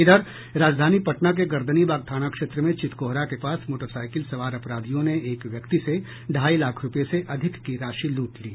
इधर राजधानी पटना के गर्दनीबाग थाना क्षेत्र में चितकोहरा के पास मोटरसाईकिल सवार अपराधियों ने एक व्यक्ति से ढ़ाई लाख रूपये से अधिक की राशि लूट ली